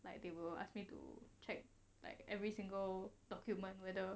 like they will ask me to check like every single document whether